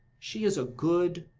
she is a good,